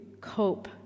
cope